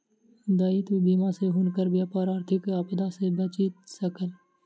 दायित्व बीमा सॅ हुनकर व्यापार आर्थिक आपदा सॅ बचि सकल